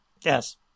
Yes